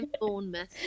Bournemouth